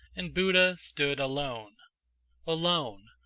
and buddha stood alone alone!